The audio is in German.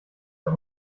der